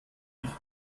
nicht